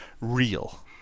real